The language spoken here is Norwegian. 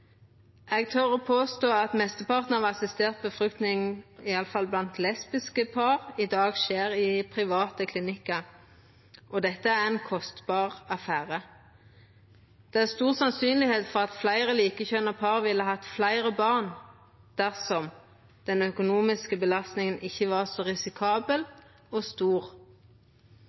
Eg tør å påstå at mesteparten av assistert befruktning, i alle fall blant lesbiske par, i dag skjer i private klinikkar, og dette er ein kostbar affære. Det er svært sannsynleg at fleire likekjønna par ville hatt fleire barn dersom den økonomiske belastninga ikkje var så risikabel og stor.